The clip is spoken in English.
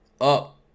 Up